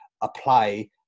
apply